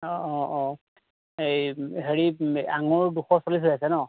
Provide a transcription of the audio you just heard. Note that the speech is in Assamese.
অঁ অঁ অঁ হেৰি হেৰি আঙুৰ দুশ চল্লিশ হৈ আছে ন